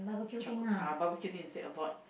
charcoal ah barbeque thing they said avoid